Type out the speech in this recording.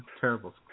Terrible